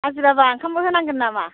हाजिराबा ओंखामबो होनांगोन नामा